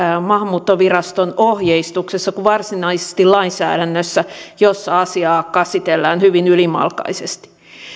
maahanmuuttoviraston ohjeistuksessa kuin varsinaisesti lainsäädännössä jossa asiaa käsitellään hyvin ylimalkaisesti